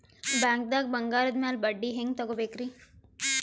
ಬ್ಯಾಂಕ್ದಾಗ ಬಂಗಾರದ್ ಮ್ಯಾಲ್ ಬಡ್ಡಿ ಹೆಂಗ್ ತಗೋಬೇಕ್ರಿ?